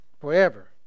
Forever